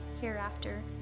hereafter